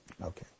Okay